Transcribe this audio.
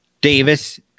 Davis